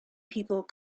people